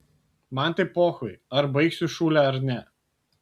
man tai pochui ar baigsiu šūlę ar ne